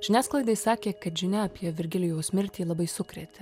žiniasklaidai sakė kad žinia apie virgilijaus mirtį labai sukrėtė